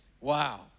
Wow